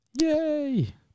Yay